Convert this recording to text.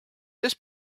this